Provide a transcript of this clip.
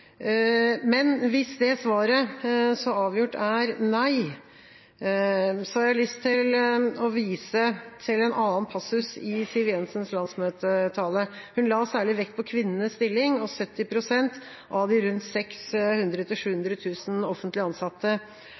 Men hvis det svaret så avgjort er nei, har jeg lyst til å vise til en annen passus i Siv Jensens landsmøtetale. Hun la særlig vekt på kvinnenes stilling, og 70 pst. av de rundt 600 000–700 000 offentlig ansatte